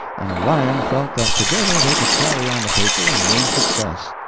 and orion felt that together they could carry on the paper and win success.